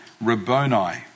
Rabboni